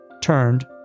turned